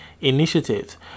initiatives